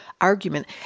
argument